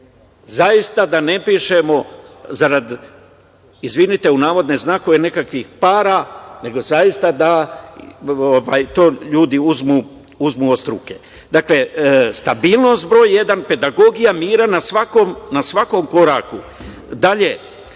zaista da ne pišemo zarad, izvinite u navodne znakove nekakvih para, nego da to ljudi uzmu od struke. Dakle, stabilnost broj jedan, pedagogija mira na svakom koraku. Dalje,